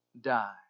die